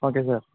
okay sir